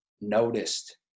noticed